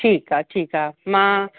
ठीकु आहे ठीकु आहे मां